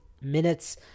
minutes